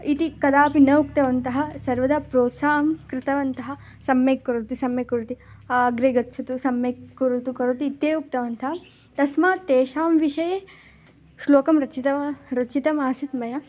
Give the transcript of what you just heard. इति कदापि न उक्तवन्तः सर्वदा प्रोत्साहं कृतवन्तः सम्यक् करोति सम्यक् करोति अग्रे गच्छतु सम्यक् करोतु करोतु इत्येव उक्तवन्तः तस्मात् तेषां विषये श्लोकं रचितवती रचितम् आसीत् मया